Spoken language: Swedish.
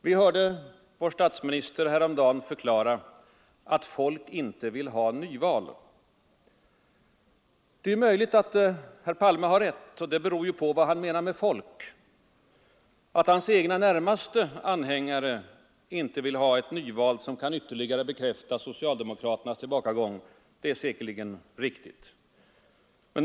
Vi hörde vår statsminister häromdagen förklara att ”folk inte vill ha nyval”. Det är möjligt att herr Palme har rätt. Det beror på vad han menar med ”folk”. Att hans egna närmaste anhängare inte vill ha ett nyval, som kan ytterligare bekräfta socialdemokraternas tillbakagång, är säkerligen riktigt.